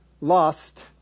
Lost